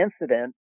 incident